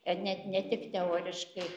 ne ne tik teoriškai